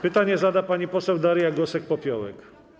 Pytanie zada pani poseł Daria Gosek-Popiołek.